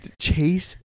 Chase